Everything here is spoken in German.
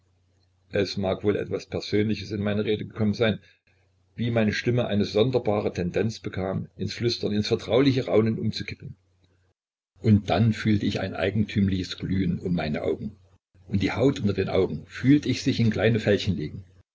es mag wohl etwas persönliches in meine rede gekommen sein wie meine stimme eine sonderbare tendenz bekam ins flüstern ins vertrauliche raunen umzukippen und dann fühlte ich ein eigentümliches glühen um meine augen und die haut unter den augen fühlt ich sich in kleine fältchen legen